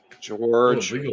George